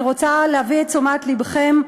אני רוצה להביא לתשומת לבכם: